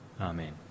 Amen